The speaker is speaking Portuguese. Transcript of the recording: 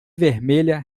vermelha